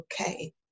okay